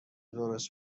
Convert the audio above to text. درست